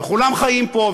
וכולם חיים פה,